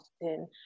often